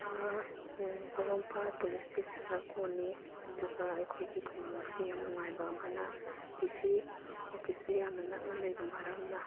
ꯄꯣꯔꯣꯝꯄꯥꯠ police ꯏꯁꯇꯦꯁꯟꯅ ꯀꯣꯜꯂꯤ ꯑꯗꯨꯒ ꯑꯩꯈꯣꯏꯒꯤ ꯈꯨꯡꯒꯪ ꯑꯁꯤ ꯌꯥꯝ ꯅꯨꯡꯉꯥꯏꯕ ꯑꯃꯅ ꯗꯤ ꯁꯤ ꯑꯣꯐꯤꯁꯁꯨ ꯌꯥꯝꯅ ꯅꯛꯅ ꯂꯩꯕ ꯃꯔꯝꯅ